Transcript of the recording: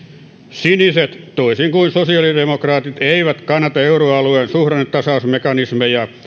siniset toisin kuin sosiaalidemokraatit eivät kannata euroalueen suhdannetasausmekanismeja